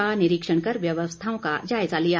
का निरीक्षण कर व्यवस्थाओं का जायजा लिया